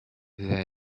there